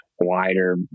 wider